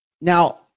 Now